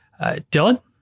Dylan